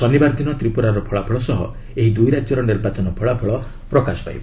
ଶନିବାର ଦିନ ତ୍ରିପୁରାର ଫଳାଫଳ ସହ ଏହି ଦୁଇ ରାଜ୍ୟର ନିର୍ବାଚନ ଫଳାଫଳ ପ୍ରକାଶ ପାଇବ